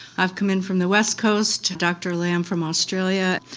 i've come in from the west coast, dr lamb from australia.